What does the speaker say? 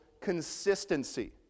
consistency